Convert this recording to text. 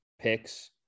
picks